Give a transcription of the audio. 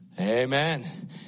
amen